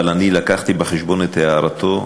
אבל אני הבאתי בחשבון את הערתו,